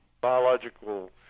biological